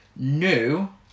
new